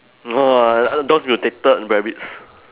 no no uh those mutated rabbits